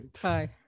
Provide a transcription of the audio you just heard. Hi